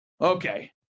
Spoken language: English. Okay